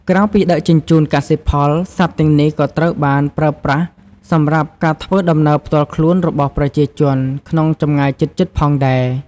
ក្រៅពីដឹកជញ្ជូនកសិផល សត្វទាំងនេះក៏ត្រូវបានប្រើប្រាស់សម្រាប់ការធ្វើដំណើរផ្ទាល់ខ្លួនរបស់ប្រជាជនក្នុងចម្ងាយជិតៗផងដែរ។